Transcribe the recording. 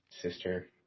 sister